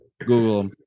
Google